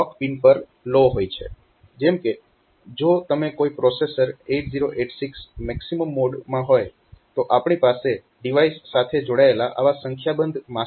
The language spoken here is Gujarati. જેમ કે જો તમે કોઈ પ્રોસેસર 8086 મેક્સીમમ મોડમાં હોય તો આપણી પાસે ડિવાઇસ સાથે જોડાયેલા આવા સંખ્યાબંધ માસ્ટર્સ છે